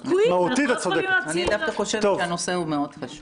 אני דווקא חושבת שהנושא הוא מאוד חשוב.